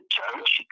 church